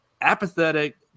apathetic